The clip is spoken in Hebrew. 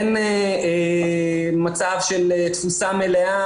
אין מצב של תפוסה מלאה,